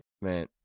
Man